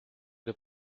the